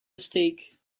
mistake